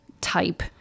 type